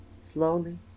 Slowly